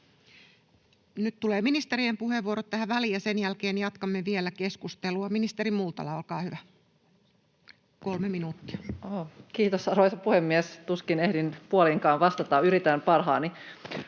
Nyt tulevat ministerien puheenvuorot tähän väliin, ja sen jälkeen jatkamme vielä keskustelua. — Ministeri Multala, olkaa hyvä, kolme minuuttia. Kiitos, arvoisa puhemies! Tuskin ehdin puoliinkaan vastata, mutta yritän parhaani.